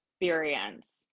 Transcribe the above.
experience